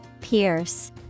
Pierce